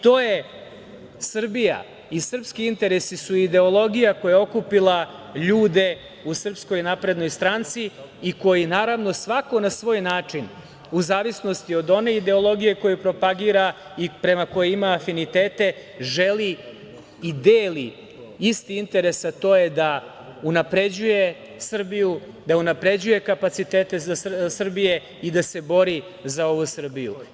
To je Srbija i srpski interesi su ideologija koja je okupila ljude u SNS i koji, naravno, svako na svoj način, u zavisnosti od one ideologije koju propagira i prema kojoj ima afinitete, želi i deli isti interes, a to je da unapređuje Srbiju, da unapređuje kapacitete Srbije i da se bori za ovu Srbiju.